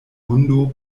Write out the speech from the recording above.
hundo